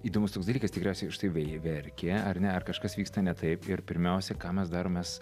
įdomus toks dalykas tikriausiai štai vei verkia ar ne ar kažkas vyksta ne taip ir pirmiausia ką mes darom mes